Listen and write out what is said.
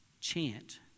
chant